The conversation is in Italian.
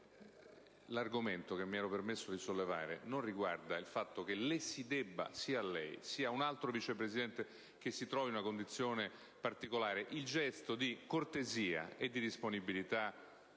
l'argomento che mi ero permesso di sollevare non riguarda il fatto che le si debba, sia a lei che ad un altro Vice Presidente che si trovi nella stessa condizione particolare, il gesto di cortesia e disponibilità